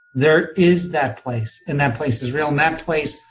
there is that place, and that place is real. and that place,